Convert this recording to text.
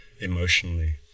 emotionally